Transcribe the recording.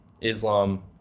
Islam